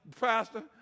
pastor